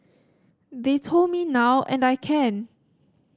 they told me now and I can